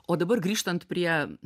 o dabar grįžtant prie